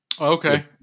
okay